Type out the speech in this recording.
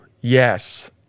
Yes